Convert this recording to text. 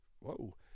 whoa